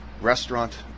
restaurant